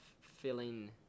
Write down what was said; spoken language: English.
filling